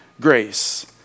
grace